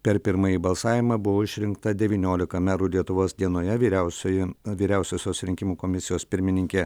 per pirmąjį balsavimą buvo išrinkta devyniolika merų lietuvos dienoje vyriausioji vyriausiosios rinkimų komisijos pirmininkė